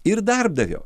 ir darbdavio